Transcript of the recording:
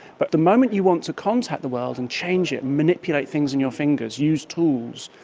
but the moment you want to contact the world and change it, manipulate things in your fingers, use tools,